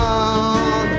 on